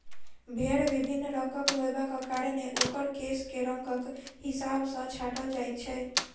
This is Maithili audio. भेंड़ विभिन्न रंगक होयबाक कारणेँ ओकर केश के रंगक हिसाब सॅ छाँटल जाइत छै